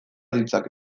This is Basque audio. ditzake